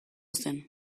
zen